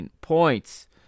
points